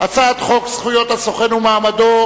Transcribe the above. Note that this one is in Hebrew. הצעת חוק זכויות הסוכן ומעמדו,